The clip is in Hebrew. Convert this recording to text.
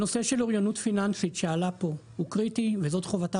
הנושא של אוריינות פיננסית שעלה פה הוא קריטי וזאת חובתה